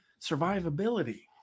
survivability